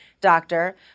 doctor